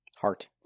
Heart